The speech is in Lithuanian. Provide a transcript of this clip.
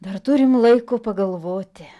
dar turim laiko pagalvoti